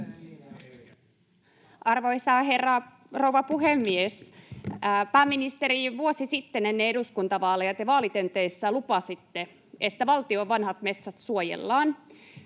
Arvoisa rouva puhemies! Pääministeri, vuosi sitten ennen eduskuntavaaleja te vaalitenteissä lupasitte, että valtion vanhat metsät suojellaan.